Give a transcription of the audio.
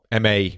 MA